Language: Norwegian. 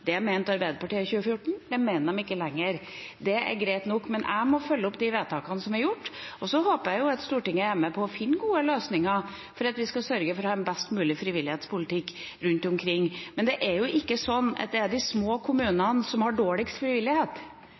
Det mente Arbeiderpartiet i 2014, men det mener de ikke lenger. Det er greit nok, men jeg må følge opp de vedtakene som er gjort. Så håper jeg at Stortinget vil være med på å finne gode løsninger og sørge for at vi har en best mulig frivillighetspolitikk rundt omkring. Men det er ikke de små kommunene som har dårligst frivillighet. Det er ikke i de små kommunene